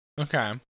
Okay